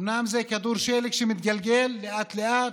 אומנם זה כדור שלג שמתגלגל לאט-לאט,